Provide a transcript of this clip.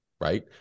Right